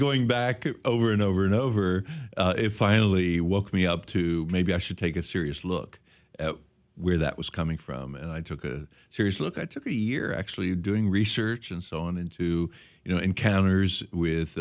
going back over and over and over if i really woke me up to maybe i should take a serious look at where that was coming from and i took a serious look at tookie year actually doing research and so on into you know encounters